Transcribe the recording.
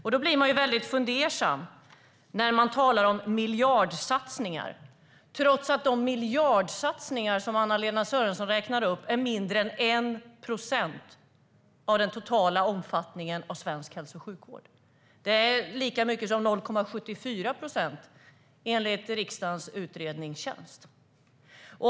Därför blir jag fundersam när det talas om miljardsatsningar trots att de miljardsatsningar som Anna-Lena Sörenson räknar med är mindre än 1 procent av den totala omfattningen av svensk hälso och sjukvård. Enligt riksdagens utredningstjänst är det 0,74 procent.